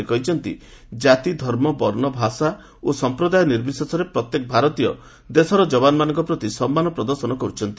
ସେ କହିଛନ୍ତି ଜାତି ଧର୍ମ ବର୍ଷ ଭାଷା ଓ ସମ୍ପ୍ରଦାୟ ନିର୍ବିଶେଷରେ ପ୍ରତ୍ୟେକ ଭାରତୀୟ ଦେଶର ଯବାନମାନଙ୍କ ପ୍ରତି ସମ୍ମାନ ପ୍ରଦର୍ଶନ କର୍ତ୍ଥନ୍ତି